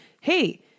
hey